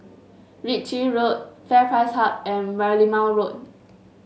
Ritchie Road FairPrice Hub and Merlimau Road